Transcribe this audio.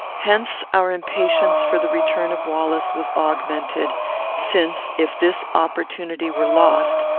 hence our impatience for the return of wallace was augmented since, if this opportunity were lost,